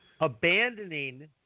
abandoning